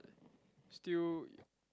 still